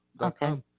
Okay